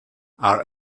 are